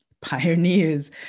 pioneers